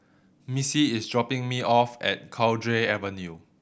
Missie is dropping me off at Cowdray Avenue